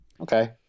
Okay